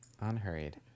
Unhurried